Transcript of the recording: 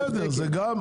בסדר, גם זה.